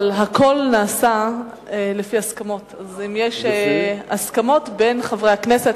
אבל הכול נעשה לפי הסכמות בין חברי הכנסת